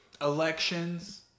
elections